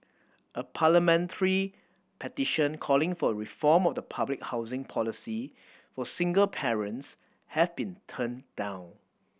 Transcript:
a parliamentary petition calling for a reform of the public housing policy for single parents has been turned down